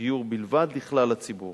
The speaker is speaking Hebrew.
דיור בלבד לכלל הציבור,